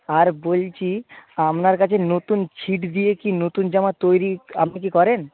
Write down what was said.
আর বলছি আপনার কাছে নতুন ছিট দিয়ে কি নতুন জামা তৈরি আপনি কি করেন